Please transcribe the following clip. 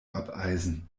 abeisen